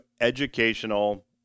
educational